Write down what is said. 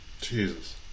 Jesus